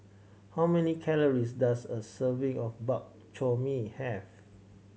how many calories does a serving of Bak Chor Mee have